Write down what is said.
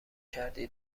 کردی